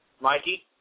Mikey